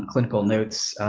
clinical notes.